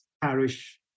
Parish